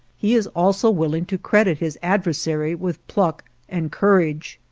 he is also willing to credit his adversary with pluck and courage.